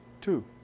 two